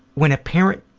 when a parent